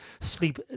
Sleep